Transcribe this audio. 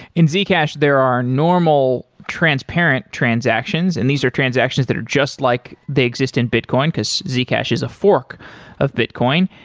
in zcash, there are normal transparent transactions and these are transactions that are just like they exist in bitcoin, because zcash is a fork of bitcoin.